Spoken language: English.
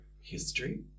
history